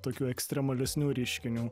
tokių ekstremalesnių reiškinių